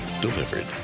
Delivered